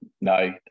no